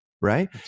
Right